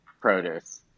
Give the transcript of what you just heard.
produce